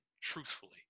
truthfully